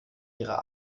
ihrer